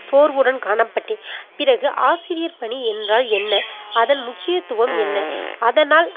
சோர்வுடன் காணப்பட்டேன் பிறகு ஆசிரியர் பணி என்றால் என்ன அதன் முக்கியத்துவம் என்ன அதனால்